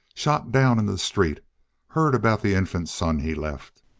shot down in the street heard about the infant son he left,